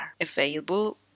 Available